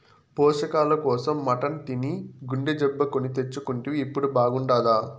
పోషకాల కోసం మటన్ తిని గుండె జబ్బు కొని తెచ్చుకుంటివి ఇప్పుడు బాగుండాదా